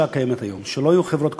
הקיימת היום: לא יהיו חברות כוח-אדם.